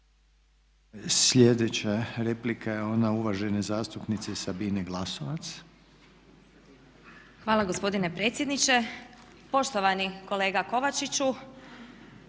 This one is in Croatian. Sljedeća replika je ona uvažene zastupnice Sabine Glasovac. **Glasovac, Sabina (SDP)** Hvala gospodine predsjedniče. Poštovani kolega Kovačiću,